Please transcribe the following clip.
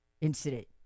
incident